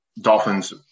Dolphins